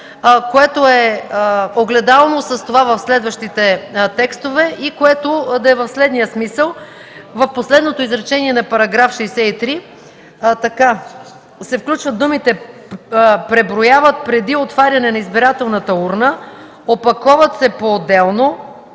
което е огледално с това в следващите текстове и което да е в следния смисъл – в последното изречение на § 63 се включват думите „преброяват преди отваряне на избирателната урна, опаковат се поотделно,